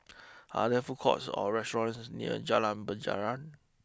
are there food courts or restaurants near Jalan Penjara